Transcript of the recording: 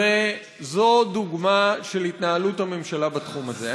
זו דוגמה של התנהלות הממשלה בתחום הזה.